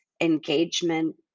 engagement